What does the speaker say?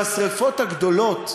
בשרפות הגדולות,